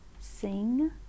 sing